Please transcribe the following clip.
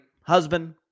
husband